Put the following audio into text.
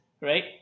right